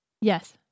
Yes